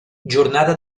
jornada